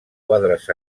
quadres